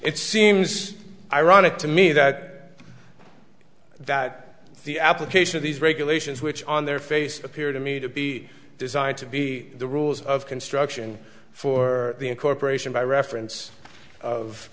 it seems ironic to me that that the application of these regulations which on their face appear to me to be designed to be the rules of construction for the incorporation by reference of